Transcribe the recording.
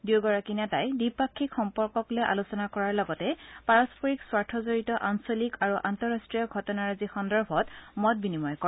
দুয়োগৰাকী নেতাই দ্বিপাক্ষিক সম্পৰ্কক লৈ আলোচনা কৰাৰ লগতে পাৰস্পৰিক স্বাথজিড়ত আঞ্চলিক আৰু আন্তঃৰাষ্টীয় ঘটনাৰাজি সন্দৰ্ভত মত বিনিময় কৰে